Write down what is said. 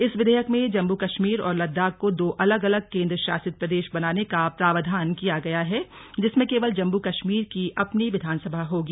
इस विधेयक में जम्मू कश्मीर और लद्दाख को दो अलग अलग केन्द्र शासित प्रदेश बनाने का प्रावधान किया गया है जिसमें केवल जम्मू कश्मीर की अपनी विधानसभा होगी